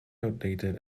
outdated